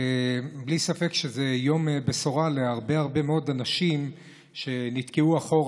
בלי ספק זה יום בשורה להרבה הרבה מאוד אנשים שנתקעו מאחור